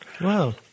Wow